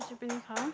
পিচি পিনি খাওঁ